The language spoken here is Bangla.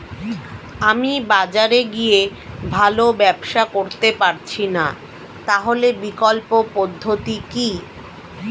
আমি বাজারে গিয়ে ভালো ব্যবসা করতে পারছি না তাহলে বিকল্প পদ্ধতি কি?